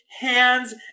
Hands